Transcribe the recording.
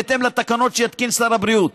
בהתאם לתקנות שיתקין שר הבריאות.